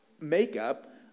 makeup